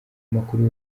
makuru